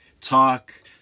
talk